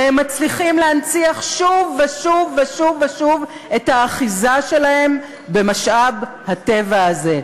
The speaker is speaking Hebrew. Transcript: והם מצליחים להנציח שוב ושוב ושוב ושוב את האחיזה שלהם במשאב הטבע הזה.